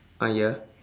ah ya